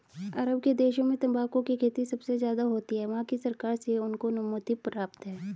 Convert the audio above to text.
अरब के देशों में तंबाकू की खेती सबसे ज्यादा होती है वहाँ की सरकार से उनको अनुमति प्राप्त है